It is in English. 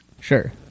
Sure